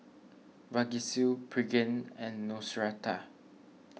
Vagisil Pregain and Neostrata